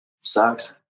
sucks